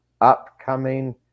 Upcoming